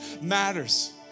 matters